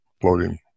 floating